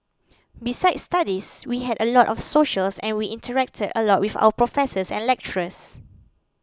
besides studies we had a lot of socials and we interacted a lot with our professors and lecturers